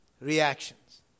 Reactions